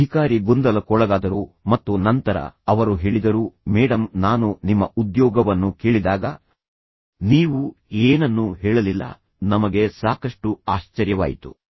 ಅಧಿಕಾರಿ ಗೊಂದಲಕ್ಕೊಳಗಾದರು ಮತ್ತು ನಂತರ ಅವರು ಹೇಳಿದರು ಮೇಡಮ್ ನಾನು ನಿಮ್ಮ ಉದ್ಯೋಗವನ್ನು ಕೇಳಿದಾಗ ನೀವು ಏನನ್ನೂ ಹೇಳಲಿಲ್ಲ ನಮಗೆ ಸಾಕಷ್ಟು ಆಶ್ಚರ್ಯವಾಯಿತು